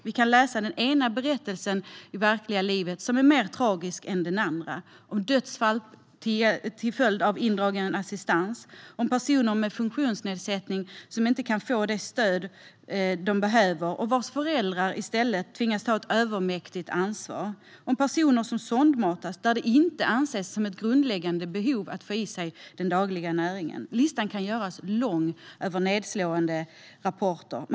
Vi kan läsa berättelser från verkliga livet där den ena är mer tragisk än den andra. Det handlar om dödsfall till följd av indragen assistans. Det handlar om personer med funktionsnedsättning som inte kan få det stöd de behöver och vars föräldrar i stället tvingas ta ett övermäktigt ansvar. Det handlar om personer som sondmatas eftersom det inte anses vara ett grundläggande behov att få i sig den dagliga näringen. Listan över nedslående rapporter kan göras lång.